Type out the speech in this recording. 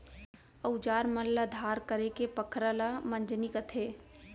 अउजार मन ल धार करेके पखरा ल मंजनी कथें